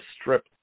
strip